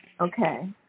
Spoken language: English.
Okay